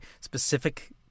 specific